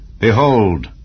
Behold